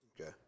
Okay